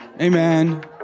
amen